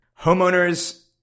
Homeowners